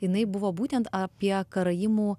jinai buvo būtent apie karaimų